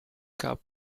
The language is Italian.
cup